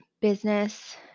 business